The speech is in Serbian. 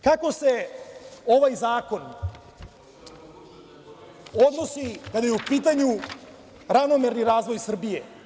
Kako se ovaj zakon odnosi kada je u pitanju ravnomerni razvoj Srbije?